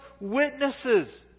witnesses